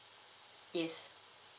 is